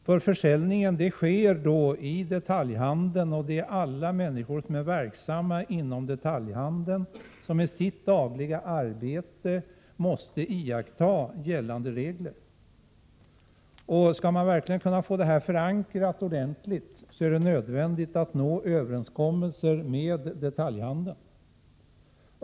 Försäljningen sker i detaljhandeln, och alla människor som är verksamma inom detaljhandeln måste i sitt dagliga arbete iaktta gällande regler. Skall man verkligen få bestämmelserna ordentligt förankrade, är det nödvändigt att nå fram till en överenskommelse med detaljhandeln.